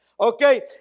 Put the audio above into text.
Okay